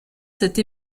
cette